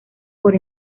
por